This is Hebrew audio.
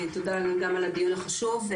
תודה גם על הדיון החשוב.